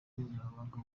umunyamabanga